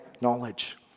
knowledge